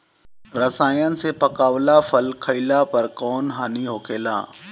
रसायन से पकावल फल खइला पर कौन हानि होखेला?